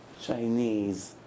Chinese